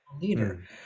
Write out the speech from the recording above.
leader